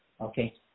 Okay